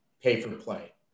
pay-for-play